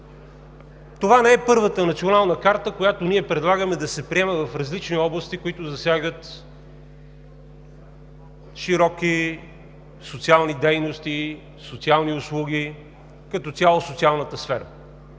Това не е първата Национална карта, която ние предлагаме да се приеме в различни области, които засягат широки социални дейности, социални услуги, като цяло социалната сфера.